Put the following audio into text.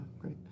great